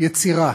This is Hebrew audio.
יצירה